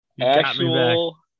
Actual